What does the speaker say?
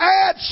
add